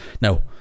now